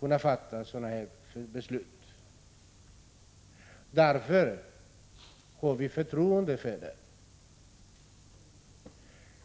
kunna fatta sådana beslut som här diskuteras. Därför har vi förtroende för ledningen.